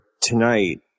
tonight